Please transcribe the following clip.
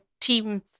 team